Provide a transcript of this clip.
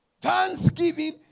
Thanksgiving